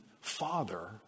father